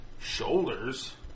Shoulders